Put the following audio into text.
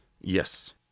yes